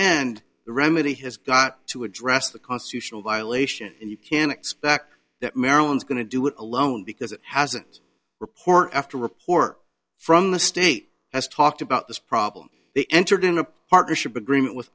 the remedy has got to address the constitutional violation and you can expect that maryland's going to do it alone because it hasn't report after report from the state has talked about this problem they entered in a partnership agreement with